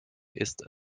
ist